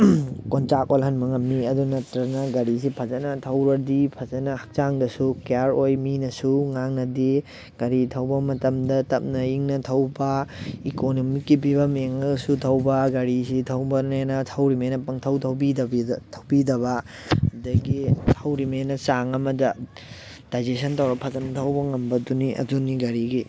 ꯀꯣꯟꯆꯥꯛ ꯑꯣꯜꯍꯟꯕ ꯉꯝꯃꯤ ꯑꯗꯨ ꯅꯠꯇ꯭ꯔꯒꯅ ꯒꯥꯔꯤꯁꯤ ꯐꯖꯅ ꯊꯧꯔꯗꯤ ꯐꯖꯅ ꯍꯛꯆꯥꯡꯗꯁꯨ ꯀꯤꯌꯥꯔ ꯑꯣꯏ ꯃꯤꯅꯁꯨ ꯉꯥꯡꯅꯗꯦ ꯉꯥꯔꯤ ꯊꯧꯕ ꯃꯇꯝꯗ ꯇꯞꯅ ꯏꯪꯅ ꯊꯧꯕ ꯏꯀꯣꯅꯣꯃꯤꯛꯀꯤ ꯐꯤꯕꯝ ꯌꯦꯡꯉꯒꯁꯨ ꯊꯧꯕ ꯒꯥꯔꯤꯁꯤ ꯊꯧꯕꯅꯦꯅ ꯊꯧꯔꯤꯃꯦꯅ ꯄꯪꯊꯧ ꯊꯧꯕꯤꯗꯕꯤꯗ ꯊꯧꯕꯤꯗꯕ ꯑꯗꯒꯤ ꯊꯧꯔꯤꯃꯦꯅ ꯆꯥꯡ ꯑꯃꯗ ꯗꯥꯏꯖꯦꯁꯟ ꯇꯧꯔꯒ ꯐꯖꯅ ꯊꯧꯕ ꯉꯝꯕꯗꯨꯅꯤ ꯑꯗꯨꯅꯤ ꯒꯥꯔꯤꯒꯤ